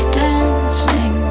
dancing